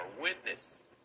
witness